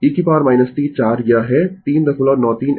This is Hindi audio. इसलिए हम अगले दृश्यमान व्याख्यान से वह सिंगल फेज एसी सर्किट देखेंगें